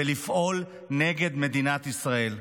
ולפעול נגד מדינת ישראל.